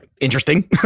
interesting